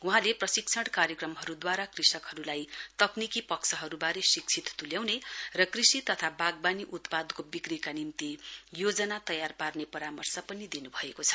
वहाँले प्रशिक्षण कार्यक्रमहरुद्वारा कृषकहरुलाई तकनिकी पक्षहरुवारे शिक्षित तुल्याउने र कृषि तथा वाग्वानी उत्पादको विक्रीका निम्ति योजना तयार पार्ने परामर्श पनि दिनुभएको छ